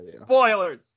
Spoilers